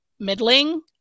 middling